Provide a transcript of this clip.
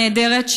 נהדרת,